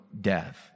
death